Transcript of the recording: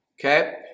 okay